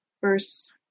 verse